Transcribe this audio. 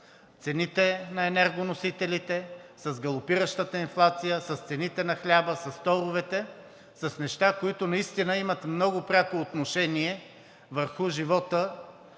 цените на енергоносителите, с галопиращата инфлация, с цените на хляба, с торовете – с неща, които наистина имат много пряко отношение върху живота